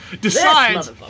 decides